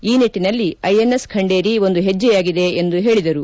ಈ ನಿಟ್ಟನಲ್ಲಿ ಐಎನ್ಎಸ್ ಖಂಡೇರಿ ಒಂದು ಹೆಜ್ಜೆಯಾಗಿದೆ ಎಂದು ಹೇಳಿದರು